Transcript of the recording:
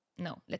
No